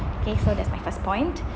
okay so that's my first point